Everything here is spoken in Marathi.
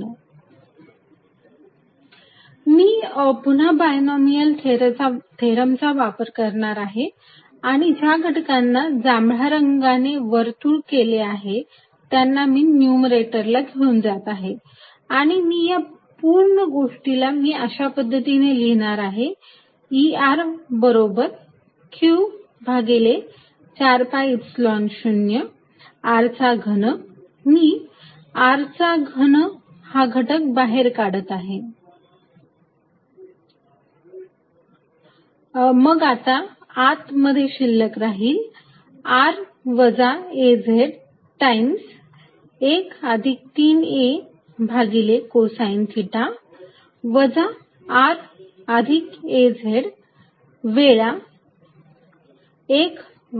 Erq4π0r azr31 3arcosθ razr313arcosθ मी पुन्हा बायनॉमियल थेरम चा वापर करणार आहे आणि ज्या घटकांना जांभळा रंगाने वर्तुळ केले आहे त्यांना मी न्यूमरेटरला घेऊन जात आहे आणि या पूर्ण गोष्टीला मी अशा पद्धतीने लिहिणार आहे E बरोबर q भागिले 4 pi Epsilon 0 r चा घन मी r चा घन हा घटक बाहेर काढत आहे मग आता आत मध्ये शिल्लक राहील r वजा az टाइम्स 1 अधिक 3a भागिले कोसाइन थिटा वजा r अधिक az वेळा1